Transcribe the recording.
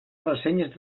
ressenyes